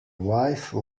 wife